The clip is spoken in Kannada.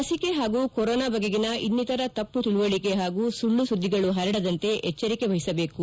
ಲಸಿಕೆ ಹಾಗೂ ಕೊರೋನಾ ಬಗೆಗಿನ ಇನ್ನಿತರ ತಮ್ನ ತಿಳುವಳಿಕೆ ಹಾಗೂ ಸುಳ್ಳು ಸುದ್ದಿಗಳು ಹರಡದಂತೆ ಎಚ್ಲರಿಕೆ ವಹಿಸಬೇಕು